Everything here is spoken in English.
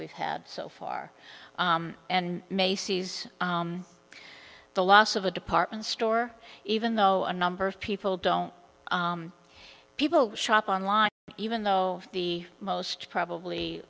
we've had so far and macy's the loss of a department store even though a number of people don't people shop online even though the most probably